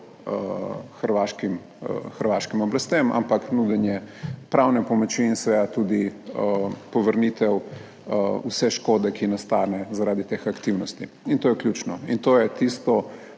hrvaškim oblastem, ampak nudenje pravne pomoči in seveda tudi povrnitev vse škode, ki nastane zaradi teh aktivnosti. In to je ključno in to je tisto,